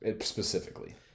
Specifically